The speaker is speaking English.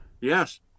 Yes